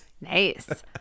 Nice